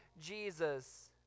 Jesus